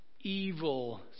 evil